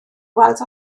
weld